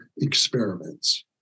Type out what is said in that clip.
experiments